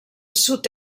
sud